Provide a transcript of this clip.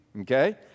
Okay